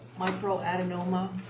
microadenoma